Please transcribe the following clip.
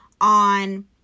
on